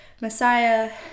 Messiah